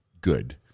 good